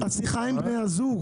השיחה היא עם בני הזוג.